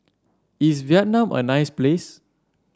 is Vietnam a nice place